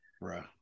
Right